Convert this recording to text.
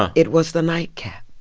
ah it was the night-cap.